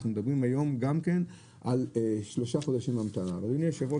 אנחנו מדברים היום גם כן על שלושה חודשים המתנה ואדוני היושב הראש